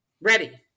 Ready